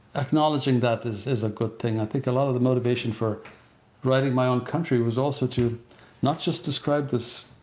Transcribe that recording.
acknowledging that is is a good thing. i think a lot of the motivation for writing my own country was also to not just describe this